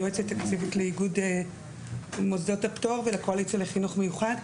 יועצת תקציבית לאיגוד מוסדות הפטור ולקואליציה לחינוך מיוחד.